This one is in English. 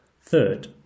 third